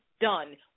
done